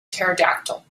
pterodactyl